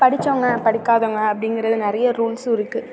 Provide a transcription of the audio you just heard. படித்தவங்க படிக்காதவங்க அப்படிங்கிறது நிறைய ரூல்ஸும் இருக்குது